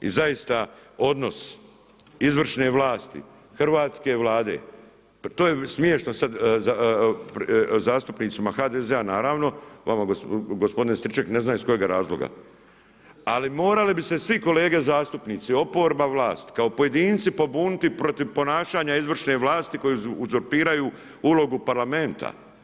I zaista, odnos izvršne vlasti, Hrvatske Vlade, to je smiješno sad zastupnicima HDZ-a naravno, vama gospodine Striček, ne znam iz kojega razloga, ali morali bi se svi kolege zastupnici, oporba, vlast, kao pojedinci pobuniti protiv ponašanja izvršne vlasti koju uzurpiraju ulogu parlamenta.